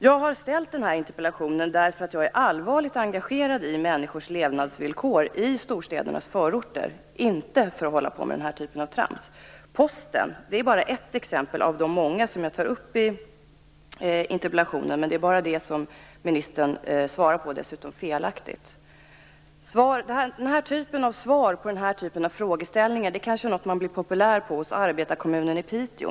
Jag har ställt den här interpellationen därför att jag är allvarligt engagerad i människors levnadsvillkor i storstädernas förorter, inte därför att jag vill hålla på med sådant här trams. Posten är bara ett exempel av många som jag tar upp i interpellationen. Det är bara när det gäller Posten som ministern svarar - dessutom felaktigt. Med den här typen av svar på sådana här frågor blir man kanske populär i arbetarkommunen Piteå.